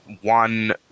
one